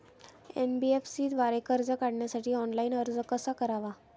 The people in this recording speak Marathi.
एन.बी.एफ.सी द्वारे कर्ज काढण्यासाठी ऑनलाइन अर्ज कसा करावा?